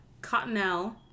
Cottonelle